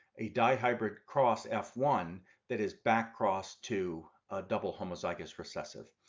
a dihybrid cross f one that is back crossed to double homozygous recessive.